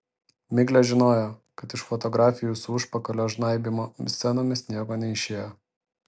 miglė žinojo kad iš fotografijų su užpakalio žnaibymo scenomis nieko neišėjo